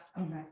Okay